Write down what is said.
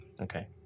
okay